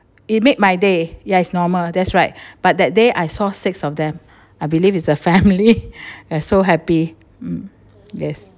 it made my day yes it's normal that's right but that day I saw six of them I believe it's a family I so happy mm yes